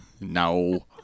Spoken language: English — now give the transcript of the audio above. No